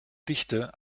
dichte